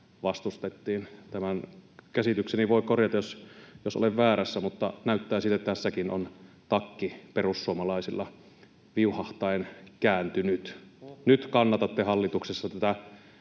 vastustettiin. Tämän käsitykseni voi korjata, jos olen väärässä, mutta näyttää siltä, että tässäkin on takki perussuomalaisilla viuhahtaen kääntynyt. [Tuomas Kettunen: Ohhoh!] Nyt kannatatte hallituksessa tätä